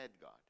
God